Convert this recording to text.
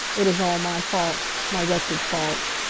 it is all my fault my wretched fault.